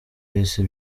isi